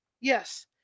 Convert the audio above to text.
Yes